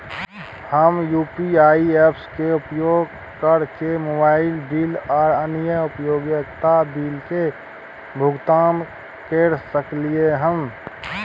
हम UPI apps के उपयोग कैरके मोबाइल बिल आर अन्य उपयोगिता बिल के भुगतान कैर सकलिये हन